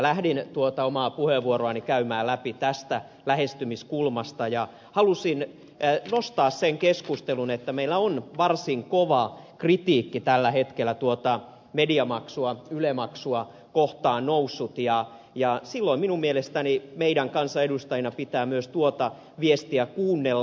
lähdin tuota omaa puheenvuoroani käymään läpi tästä lähestymiskulmasta ja halusin nostaa sen keskusteluun että kun meillä on varsin kova kritiikki tällä hetkellä tuota mediamaksua yle maksua kohtaan noussut niin silloin minun mielestäni meidän kansanedustajina pitää myös tuota viestiä kuunnella